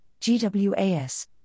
GWAS